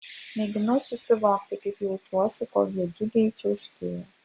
mėginau susivokti kaip jaučiuosi kol jie džiugiai čiauškėjo